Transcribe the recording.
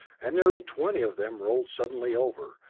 and nearly twenty of them rolled suddenly over,